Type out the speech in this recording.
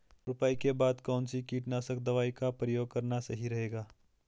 रुपाई के बाद कौन सी कीटनाशक दवाई का प्रयोग करना सही रहेगा?